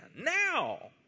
now